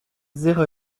zéro